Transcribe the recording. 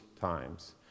times